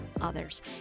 others